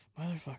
Motherfucker